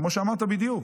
כמו שאמרת בדיוק.